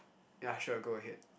ya sure go ahead